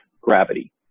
gravity